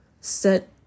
set